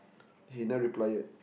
he never reply yet